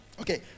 Okay